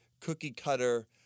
cookie-cutter